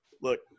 look